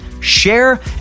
share